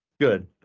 good